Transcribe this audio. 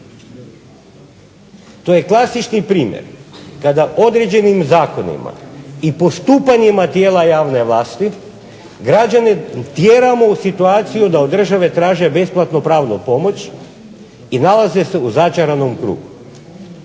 To je klasični primjer kada određenim zakonima i postupanjima tijela javne vlasti, građane tjeramo u situaciju da od države traže besplatnu pravnu pomoć i nalaze se u začaranom krugu.